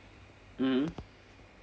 mm